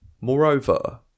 Moreover